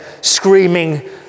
screaming